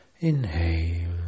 Inhale